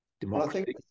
democracy